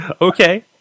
okay